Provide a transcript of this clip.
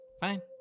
fine